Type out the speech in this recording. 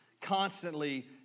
constantly